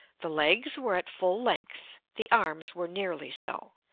the legs were at full length the arms were nearly so,